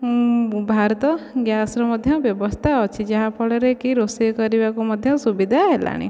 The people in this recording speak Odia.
ଭାରତ ଗ୍ୟାସ୍ର ମଧ୍ୟ ବ୍ୟବସ୍ଥା ଅଛି ଯାହା ଫଳରେକି ରୋଷେଇ କରିବାକୁ ମଧ୍ୟ ସୁବିଧା ହେଲାଣି